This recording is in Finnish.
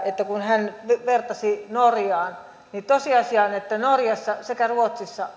että kun hän vertasi norjaan niin tosiasia on että norjassa ja ruotsissa